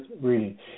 reading